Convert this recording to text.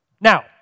Now